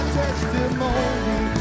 testimony